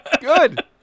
Good